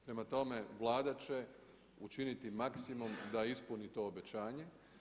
Prema tome, Vlada će učiniti maksimum da ispuni to obećanje.